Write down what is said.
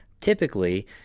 Typically